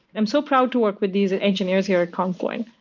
i'm so proud to work with these engineers here at confluent.